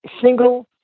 single